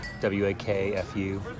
W-A-K-F-U